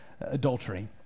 adultery